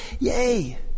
yay